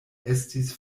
estis